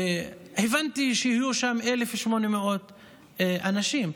הבנתי שיהיו שם 1,800 אנשים,